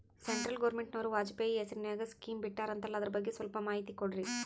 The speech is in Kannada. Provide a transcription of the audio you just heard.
ಸೆಂಟ್ರಲ್ ಗವರ್ನಮೆಂಟನವರು ವಾಜಪೇಯಿ ಹೇಸಿರಿನಾಗ್ಯಾ ಸ್ಕಿಮ್ ಬಿಟ್ಟಾರಂತಲ್ಲ ಅದರ ಬಗ್ಗೆ ಸ್ವಲ್ಪ ಮಾಹಿತಿ ಕೊಡ್ರಿ?